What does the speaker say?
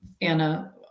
Anna